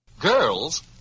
Girls